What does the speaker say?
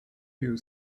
you